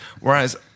Whereas